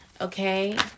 Okay